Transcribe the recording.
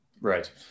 Right